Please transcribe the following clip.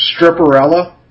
Stripperella